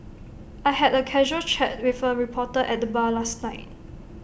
I had A casual chat with A reporter at the bar last night